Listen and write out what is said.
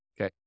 Okay